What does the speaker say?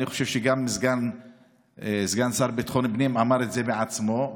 אני חושב שגם סגן השר לביטחון הפנים אמר את זה בעצמו,